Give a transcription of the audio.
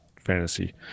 fantasy